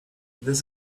this